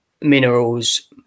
minerals